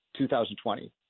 2020